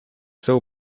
still